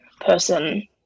person